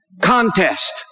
contest